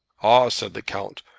ah, said the count,